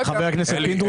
אלי,